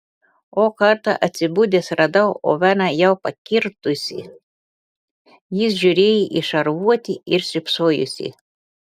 o kartą atsibudęs radau oveną jau pakirdusį jis žiūrėjo į šarvuotį ir šypsojosi